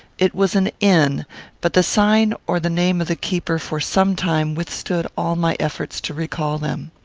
it was an inn but the sign or the name of the keeper for some time withstood all my efforts to recall them.